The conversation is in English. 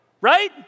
right